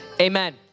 amen